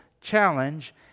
challenge